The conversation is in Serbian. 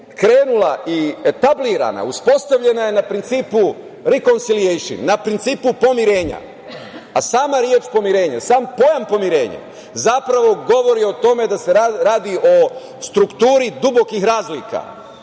krenula i etablirana, uspostavljena je na principu reconciliation, na principu pomirenja, a sama reč pomirenje i sam pojam pomirenje zapravo govori o tome da se radi o strukturi dubokih razlika.